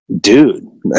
dude